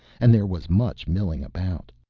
and there was much milling about.